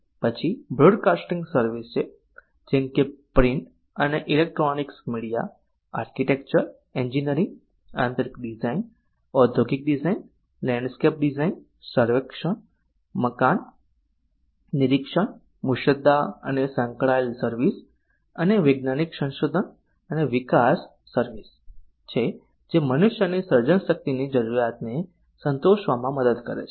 પછી broadcasting service છે જેમ કે પ્રિન્ટ અને ઇલેક્ટ્રોનીક્સ મીડિયા આર્કિટેક્ચર એન્જિનિયરિંગ આંતરીક ડિઝાઇન ઓદ્યોગિક ડિઝાઇન લેન્ડસ્કેપ ડિઝાઇન સર્વેક્ષણ મકાન નિરીક્ષણ મુસદ્દા અને સંકળાયેલ સર્વિસ અને વૈજ્ઞાનિક સંશોધન અને વિકાસ સર્વિસ છે જે મનુષ્ય ની સર્જન શક્તિ ની જરૂરીયાત ને સંતોષવામાં મદદ કરે છે